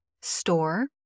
store